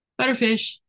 Butterfish